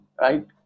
Right